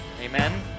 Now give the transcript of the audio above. Amen